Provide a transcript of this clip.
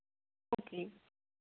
okay